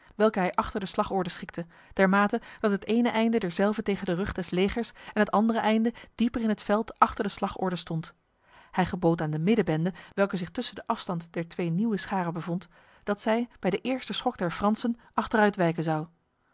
welke hij achter de slagorde schikte dermate dat het ene einde derzelve tegen de rug des legers en het ander einde dieper in het veld achter de slagorde stond hij gebood aan de middenbende welke zich tussen de afstand der twee nieuwe scharen bevond dat zij bij de eerste schok der fransen achteruitwijken zou